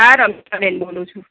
હાં રમીલાબેન બોલું છું